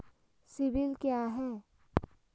CIBIL क्या है?